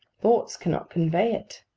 thoughts cannot convey it.